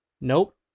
Nope